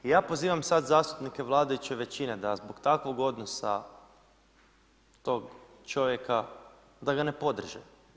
I ja pozivam sad zastupnike vladajuće većine da zbog takvog odnosa tog čovjeka, da ga ne podrže.